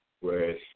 Whereas